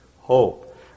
hope